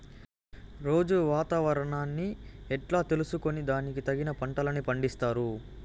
రోజూ వాతావరణాన్ని ఎట్లా తెలుసుకొని దానికి తగిన పంటలని పండిస్తారు?